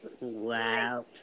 Wow